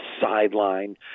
sideline